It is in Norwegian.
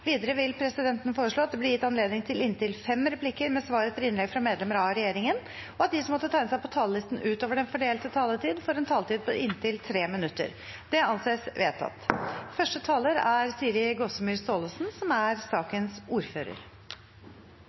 Videre vil presidenten foreslå at det blir gitt anledning til inntil fem replikker med svar etter innlegg fra medlemmer av regjeringen, og at de som måtte tegne seg på talerlisten utover den fordelte taletid, får en taletid på inntil 3 minutter. – Det anses vedtatt. Det gikk litt fort i dag, men jeg rakk det! Dette er